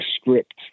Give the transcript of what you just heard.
script